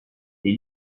les